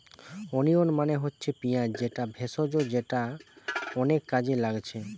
onion মানে হচ্ছে পিঁয়াজ যেটা ভেষজ যেটা অনেক কাজে লাগছে